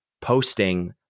posting